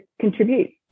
contribute